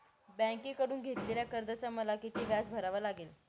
बँकेकडून घेतलेल्या कर्जाचे मला किती व्याज भरावे लागेल?